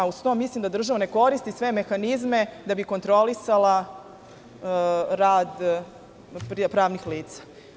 Uz to mislim da država ne koristi sve mehanizme da bi kontrolisala rad pravnih lica.